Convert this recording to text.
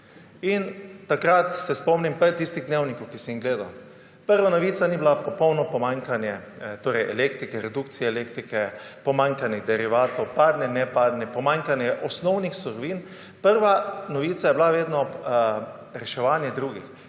In se spomnim tistih Dnevnikov, ki sem jih gledal. Prva novica ni bila pomanjkanje elektrike, redukcije elektrike, pomanjkanje derivatov, parne, neparne, pomanjkanje osnovnih surovin, prva novica je bila vedno reševanje drugih: